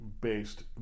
based